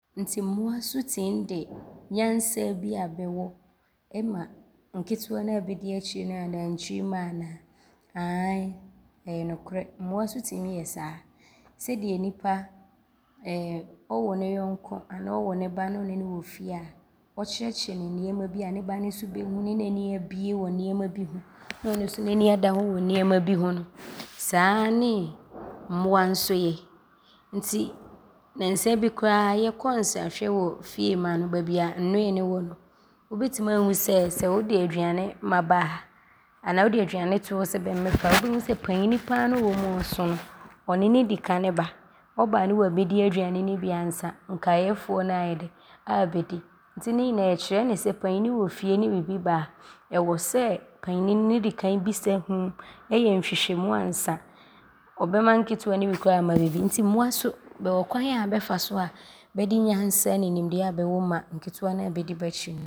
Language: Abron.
Nti mmoa so tim de nyansaa bi a bɛwɔ ma nketewa na a bɛdi akyire no anaa nkyirimma anaa? Aane ɔyɛ nokorɛ. Mmoa so tim yɛ saa. Sɛdeɛ nnipa wo ne yɔnko anaa ɔwo ne ba ne ɔne ne wɔ fie a ɔkyerɛkyerɛ no nnoɔma bi a ne ba ne nso bɛhu ne n’ani abie wɔ nnoɔma bi ho ne ɔno so n’ani ada hɔ wɔ nnoɔma bi ho no, saa ne mmoa so yɛ nti nnansa yi bi koraa yɛkɔɔ nsrahwɛ wɔ Fiema no, baabi a nnoe ne wɔ no, wobɛtim aahu sɛ, sɛ wode aduane ma bɛ a, anaa wode aduane to hɔ sɛ bɛmmɛfa a, wobɛhu sɛ panyini pa ara wom a ɔso no, ɔno ne di kane ba. Ɔba ne waabɛdi aduane ne bi ansa nkaeɛfoɔ no aayɛ dɛ aabɛdi nti ne nyinaa ɔɔkyerɛ yɛ sɛ, panyini wɔ fie ne bibi ba a, ɔwɔ sɔ panyini no di kan bisa, hum yɛ nhwehwɛmu ansa ɔbɛma nketewa ne bi a, wama bɛ bi nti mmoa so bɛwɔ kwan a bɛfa so a bɛde nyansaa ne nimdeɛ a bɛwɔ ma nketewa a na a bɛdi bɛ akyi no.